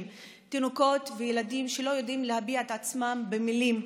תינוקות וילדים שלא יודעים להביע את עצמם במילים,